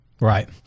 Right